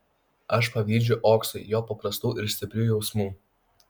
aš pavydžiu oksui jo paprastų ir stiprių jausmų